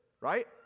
right